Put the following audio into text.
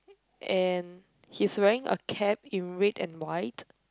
and he's wearing a cap in red and white